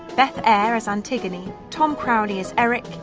beth eyre as um antigone, tom crowley as eric,